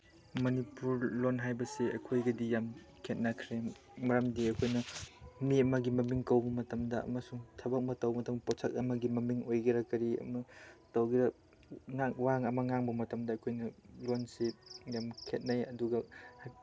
ꯃꯅꯤꯄꯨꯔ ꯂꯣꯜ ꯍꯥꯏꯕꯁꯤ ꯑꯩꯈꯣꯏꯒꯗꯤ ꯌꯥꯝ ꯈꯦꯠꯅꯈ꯭ꯔꯦ ꯃꯔꯝꯗꯤ ꯑꯩꯈꯣꯏꯅ ꯃꯤ ꯑꯃꯒꯤ ꯃꯃꯤꯡ ꯀꯧꯕ ꯃꯇꯝꯗ ꯑꯃꯁꯨꯡ ꯊꯕꯛ ꯑꯃ ꯇꯧ ꯃꯇꯝꯗ ꯄꯣꯠꯁꯛ ꯑꯃꯒꯤ ꯃꯃꯤꯡ ꯑꯣꯏꯒꯦꯔꯥ ꯀꯔꯤ ꯑꯃ ꯇꯧꯒꯦꯔꯥ ꯋꯥ ꯑꯃ ꯉꯥꯡꯕ ꯃꯇꯝꯗ ꯑꯩꯈꯣꯏꯅ ꯂꯣꯜꯁꯤ ꯌꯥꯝ ꯈꯦꯠꯅꯩ ꯑꯗꯨꯒ